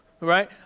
Right